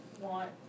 want